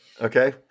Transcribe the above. Okay